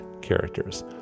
characters